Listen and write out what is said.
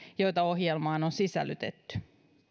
joita ohjelmaan on sisällytetty